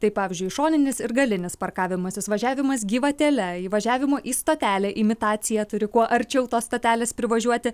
tai pavyzdžiui šoninis ir galinis parkavimasis važiavimas gyvatėle įvažiavimo į stotelę imitacija turi kuo arčiau tos stotelės privažiuoti